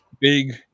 big